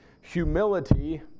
humility